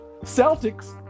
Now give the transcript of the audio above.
celtics